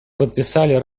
подписали